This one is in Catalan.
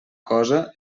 cosa